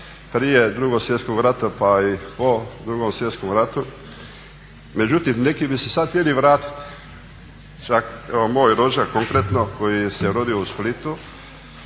prije 2. svjetskog rata pa i po 2. svjetskom ratu, međutim neki bi se sad htjeli vratiti, čak evo moj rođak konkretno koji se rodio u Splitu,